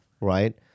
right